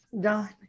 done